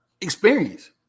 experience